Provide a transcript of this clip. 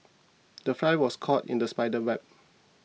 the fly was caught in the spider's web